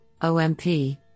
OMP